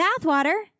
bathwater